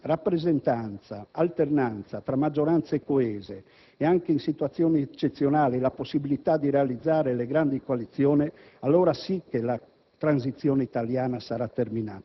terminata. Se essa garantirà rappresentanza, alternanza tra maggioranze coese e, anche in situazioni eccezionali, la possibilità di realizzare le grandi coalizioni, allora sì che la